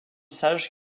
sage